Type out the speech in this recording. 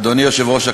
אדוני היושב-ראש,